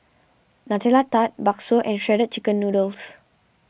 Nutella Tart Bakso and Shredded Chicken Noodles